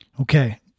Okay